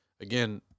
Again